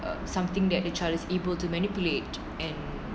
uh something that the child is able to manipulate